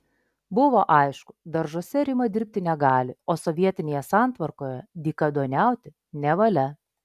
buvo aišku daržuose rima dirbti negali o sovietinėje santvarkoje dykaduoniauti nevalia